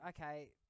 okay